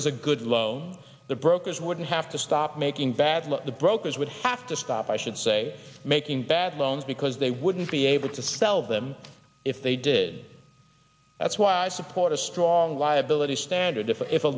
was a good loans the brokers wouldn't have to stop making bad look the brokers would have to stop i should say making bad loans because they wouldn't be able to sell them if they did that's why i support a strong liability standard if a